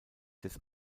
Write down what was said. des